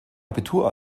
abitur